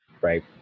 Right